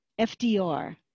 FDR